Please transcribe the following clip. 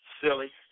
silly